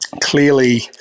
Clearly